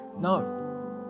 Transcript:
No